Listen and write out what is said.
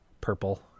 purple